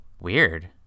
Weird